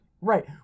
Right